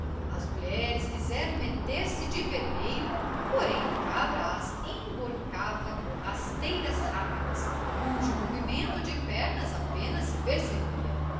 as mulheres quiseram meter-se de permeio porém o cabra as emborcava com rasteiras rápidas cujo movimento de pernas apenas se percebia